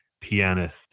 pianist